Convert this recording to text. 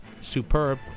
superb